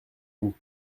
vous